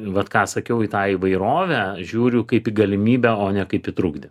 vat ką sakiau į tą įvairovę žiūriu kaip į galimybę o ne kaip į trukdį